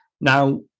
now